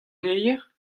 gevier